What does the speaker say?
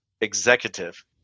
executive